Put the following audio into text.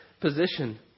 position